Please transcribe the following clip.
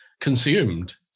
consumed